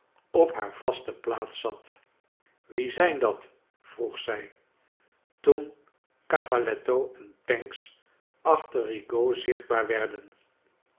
op haar vaste plaats zat wie zijn dat vroeg zij toen cavalletto en pancks achter rigaud zichtbaar werden